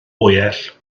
fwyell